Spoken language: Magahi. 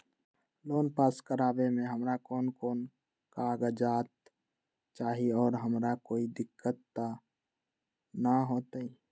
लोन पास करवावे में हमरा कौन कौन कागजात चाही और हमरा कोई दिक्कत त ना होतई?